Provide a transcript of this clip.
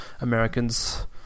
Americans